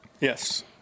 Yes